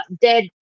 dead